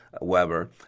Weber